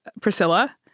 Priscilla